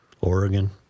Oregon